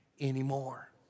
anymore